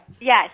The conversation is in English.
Yes